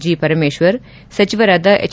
G Parameshwar ಸಚಿವರಾದ H